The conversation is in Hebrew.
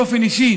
באופן אישי,